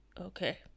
okay